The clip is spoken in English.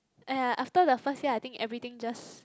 aiyah after the first day I think everything just